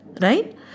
right